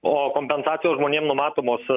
o kompensacijos žmonėm numatomos